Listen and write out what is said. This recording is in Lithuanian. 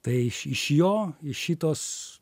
tai iš iš jo iš šitos